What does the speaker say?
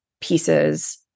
pieces